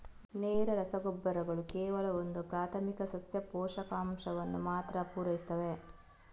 ನೇರ ರಸಗೊಬ್ಬರಗಳು ಕೇವಲ ಒಂದು ಪ್ರಾಥಮಿಕ ಸಸ್ಯ ಪೋಷಕಾಂಶವನ್ನ ಮಾತ್ರ ಪೂರೈಸ್ತವೆ